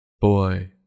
Boy